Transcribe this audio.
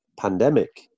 pandemic